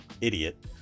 idiot